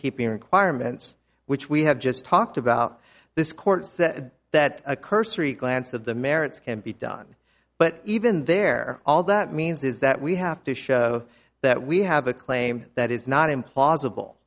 keeping requirements which we have just talked about this court said that a cursory glance of the merits can be done but even there all that means is that we have to show that we have a claim that is not implausible